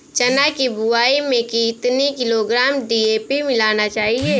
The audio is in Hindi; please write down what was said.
चना की बुवाई में कितनी किलोग्राम डी.ए.पी मिलाना चाहिए?